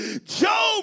Job